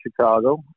Chicago